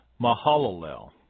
Mahalalel